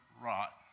rot